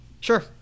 sure